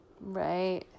Right